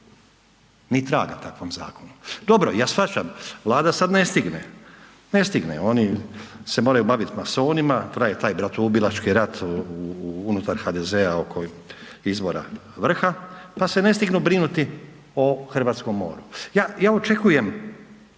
ni traga takvom zakonu. Dobro, ja shvaćam Vlada sad ne stigne, ne stigne, oni se moraju bavit masonima, traje taj bratoubilački rat unutar HDZ-a oko izbora vrha, pa se ne stignu brinuti o hrvatskom moru. Ja, ja očekujem,